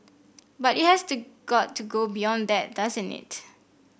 but it has to got to go beyond that doesn't it